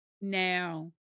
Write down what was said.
Now